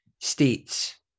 states